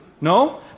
No